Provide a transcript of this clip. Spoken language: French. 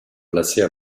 placées